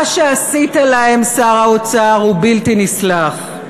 מה שעשית להם, שר האוצר, הוא בלתי נסלח.